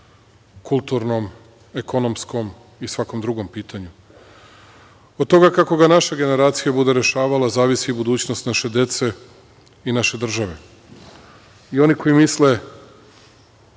kulturnom, ekonomskom i svakom drugom pitanju. Od toga kako ga naša generacija bude rešavala, zavisi budućnost naše dece i naše države. Oni koji misle